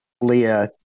Leah